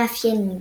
מאפיינים